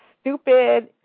stupid